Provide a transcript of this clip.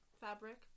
fabric